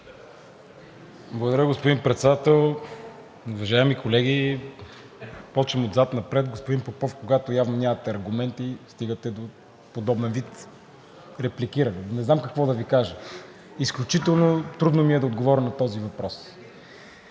Благодаря, господин Председател. Уважаеми колеги, започвам отзад напред. Господин Попов, когато явно нямате аргументи, стигате до подобен вид репликиране. Не знам какво да Ви кажа, изключително трудно ми е да отговоря на този въпрос.